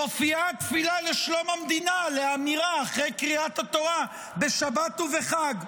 מופיעה תפילה לשלום המדינה לאמירה אחרי קריאת התורה בשבת ובחג.